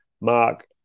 Mark